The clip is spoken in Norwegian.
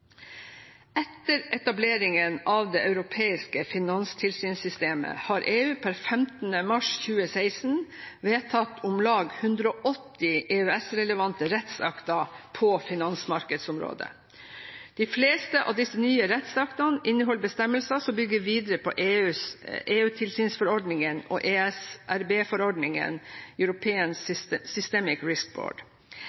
Etter etableringen av det europeiske finanstilsynssystemet har EU per 15. mars 2016 vedtatt om lag 180 EØS-relevante rettsakter på finansmarkedsområdet. De fleste av disse nye rettsaktene inneholder bestemmelser som bygger videre på EU-tilsynsforordningene og ESRB-forordningen, European